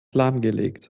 lahmgelegt